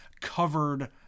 covered